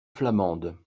flamande